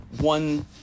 one